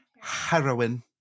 Heroin